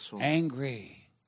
Angry